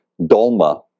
Dolma